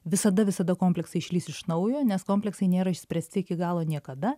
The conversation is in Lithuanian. visada visada kompleksai išlįs iš naujo nes kompleksai nėra išspręsti iki galo niekada